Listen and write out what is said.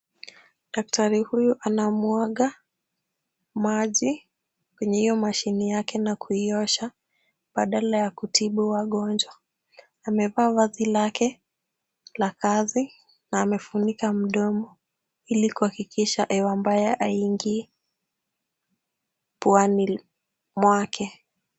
Daktari huyu anamwaga maji kwenye hiyo mashine yake na kuiosha badala ya kutibu wagonjwa. Amevaa vazi lake la kazi na amefunika mdomo ili kuhakikisha hewa mbaya haiingi puani mwake.